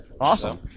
Awesome